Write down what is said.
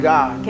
God